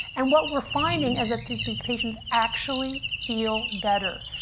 and what we're finding is that these these patients actually feel better.